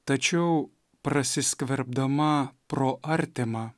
tačiau prasiskverbdama pro artimą